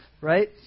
Right